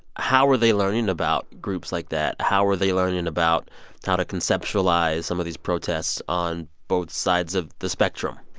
how are they learning about groups like that? how are they learning about how to conceptualize some of these protests on both sides of the spectrum?